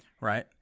Right